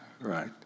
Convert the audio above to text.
right